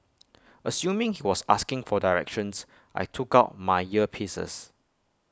assuming he was asking for directions I took out my earpieces